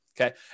Okay